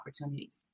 opportunities